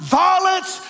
violence